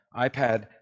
iPad